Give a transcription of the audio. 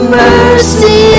mercy